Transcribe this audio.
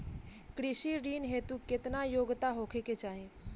कृषि ऋण हेतू केतना योग्यता होखे के चाहीं?